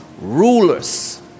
Rulers